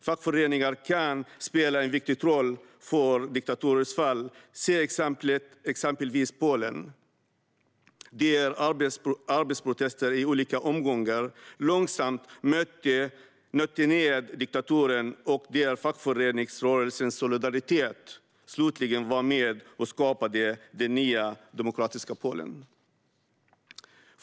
Fackföreningar kan spela en viktig roll för diktaturers fall - se exempelvis på Polen, där arbetarprotester i olika omgångar långsamt nötte ned diktaturen och där fackföreningsrörelsen Solidaritet slutligen var med och skapade det nya, demokratiska Polen.